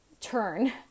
turn